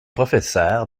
professeur